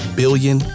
billion